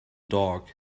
dog